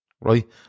Right